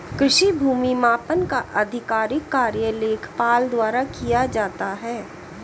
कृषि भूमि मापन का आधिकारिक कार्य लेखपाल द्वारा किया जाता है